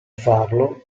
farlo